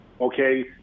Okay